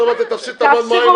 אם